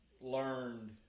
Learned